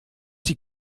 die